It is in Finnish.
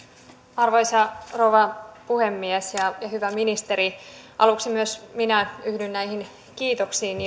arvoisa rouva puhemies ja hyvä ministeri aluksi myös minä yhdyn näihin kiitoksiin